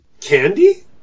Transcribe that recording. Candy